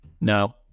No